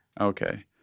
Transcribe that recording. Okay